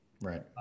Right